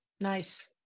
Nice